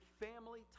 family